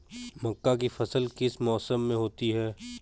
मक्का की फसल किस मौसम में होती है?